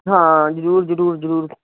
ਹਾਂ ਜ਼ਰੂਰ ਜ਼ਰੂਰ ਜ਼ਰੂਰ